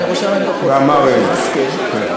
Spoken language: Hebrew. ואני רושמת בפרוטוקול שהוא מסכים.